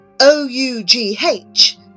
O-U-G-H